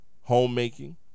homemaking